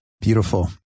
Beautiful